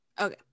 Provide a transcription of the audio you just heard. Okay